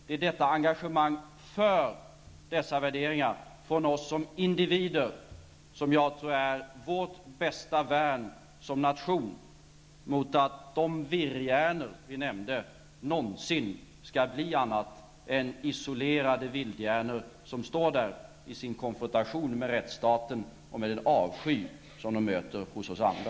Det är detta engagemang för dessa värderingar från oss som individer som jag tror är vårt bästa värn som nation mot att de virrhjärnor som nämndes någonsin skall bli annat än isolerade virrhjärnor som står där i sin konfrontation med rättsstaten och med den avsky som de möter hos oss andra.